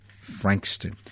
Frankston